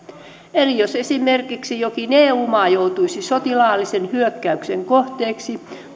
jos esimerkiksi jokin eu maa joutuisi sotilaallisen hyökkäyksen kohteeksi